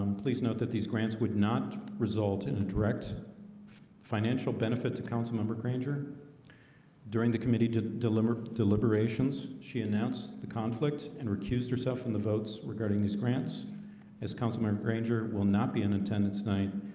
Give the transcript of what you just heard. and please note that these grants would not result in a direct financial benefit to councilmember grainger during the committee to deliver deliberations she announced the conflict and recused herself from the votes regarding these grants as councilman granger will not be in attendance tonight.